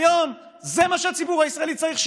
זה מה שהציבור הישראלי צריך היום,